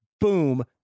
Boom